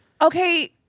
Okay